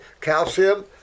calcium